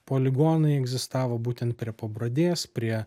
poligonai egzistavo būtent prie pabradės prie